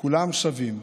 כולם שווים.